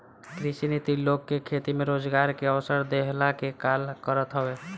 कृषि नीति लोग के खेती में रोजगार के अवसर देहला के काल करत हवे